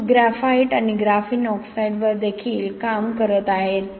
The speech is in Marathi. लोक ग्रेफाइट आणि ग्राफीन ऑक्साईडवर देखील काम करत आहेत